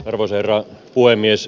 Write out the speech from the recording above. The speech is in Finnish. arvoisa herra puhemies